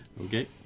Okay